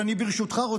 ברשותך,